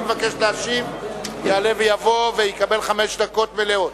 אם מבקש להשיב, יעלה ויבוא ויקבל חמש דקות מלאות.